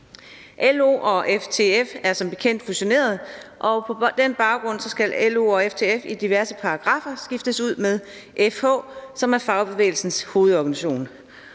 LO og FTF er som bekendt fusioneret, og på den baggrund skal LO og FTF i diverse paragraffer skiftes ud med FH, som er Fagbevægelsens Hovedorganisation